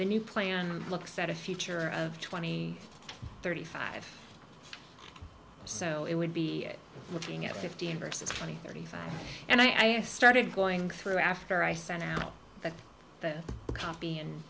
the new plan looks at a future of twenty thirty five so it would be looking at fifteen versus twenty thirty five and i started going through after i sent out a copy and